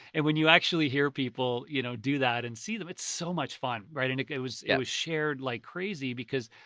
and when you actually hear people, you know, do that and see them it's so much fun, right? and it was yeah was shared like crazy because,